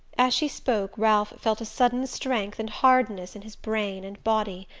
as she spoke ralph felt a sudden strength and hardness in his brain and body.